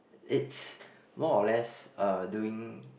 it's more or less uh doing